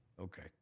Okay